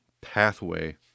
pathway